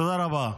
תודה רבה.